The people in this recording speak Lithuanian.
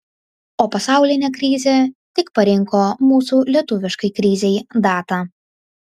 o pasaulinė krizė tik parinko mūsų lietuviškai krizei datą